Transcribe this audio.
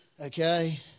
Okay